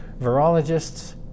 virologists